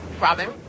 Robin